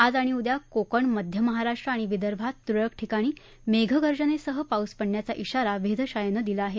आज आणि उद्या कोकण मध्य महाराष्ट्र आणि विदर्भात तुरळक ठिकाणी मेघगर्जनेसह पाऊस पडण्याचा िगारा वेधशाळेनं दिला आहे